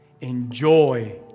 enjoy